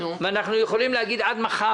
אנחנו יכולים להגיד עד מחר.